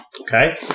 Okay